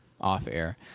off-air